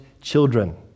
children